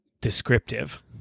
descriptive